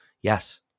Yes